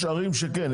יש ערים שכן,